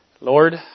Lord